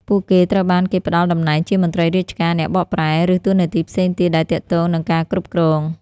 ពួកគេត្រូវបានគេផ្តល់តំណែងជាមន្ត្រីរាជការ អ្នកបកប្រែ ឬតួនាទីផ្សេងទៀតដែលទាក់ទងនឹងការគ្រប់គ្រង។